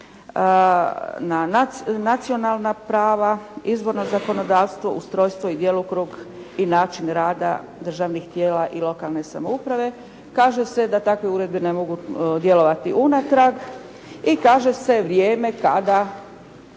na nacionalna prava, izborno zakonodavstvo, ustrojstvo i djelokrug i način rada državnih tijela i lokalne samouprave. Kaže se da takve uredbe ne mogu djelovati unatrag i kaže se vrijeme kada